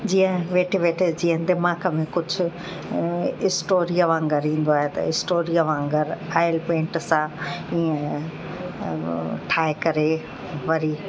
जीअं वेठे वेठे जीअं त मां कमी कुझु स्टोरीअ वांगुरु ईंदो आहे त स्टोरीअ वांगुरु ऑइल पेंट सां ईअं ठाहे करे वरी